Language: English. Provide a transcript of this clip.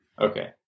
Okay